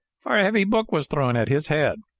for a heavy book was thrown at his head.